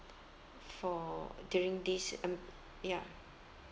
for during this um ya